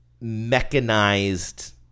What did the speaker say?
mechanized